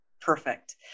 Perfect